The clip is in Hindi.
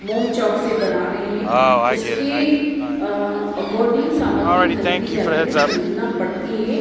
मोम चॉक से बना रहे हैं उसके अकोडिंग सामग्री खरीदी जाती है और खरीदना पड़ती है